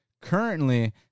Currently